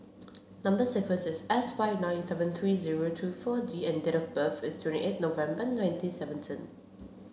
number sequence is S five nine seven three zero two four D and date of birth is twenty eight November nineteen seventeen